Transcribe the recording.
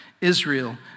Israel